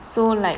so like